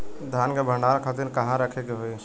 धान के भंडारन खातिर कहाँरखे के होई?